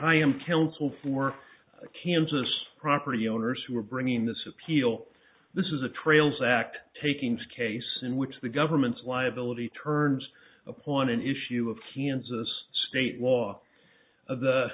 i am counsel for kansas property owners who are bringing this appeal this is a trails act takings case in which the government's liability turns upon an issue of kansas state law of the